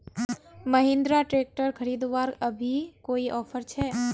Mahindra tractor खरीदवार अभी कोई ऑफर छे?